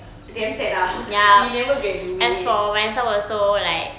damn sad ah ha we never graduate